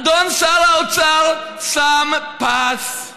אדון שר האוצר שם פס,